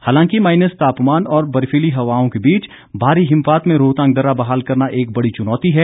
हालांकि माईनस तापमान और बर्फीली हवाओं के बीच भारी हिमपात में रोहतांग दर्रा बहाल करना एक बड़ी चुनौती है